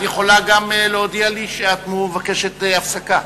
אבל את יכולה גם להודיע לי שאת מבקשת הפסקה.